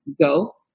go